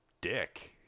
dick